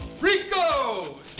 Rico